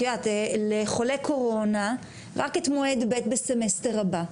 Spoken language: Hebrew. לחולה קורונה רק את מועד ב' בסמסטר הבא.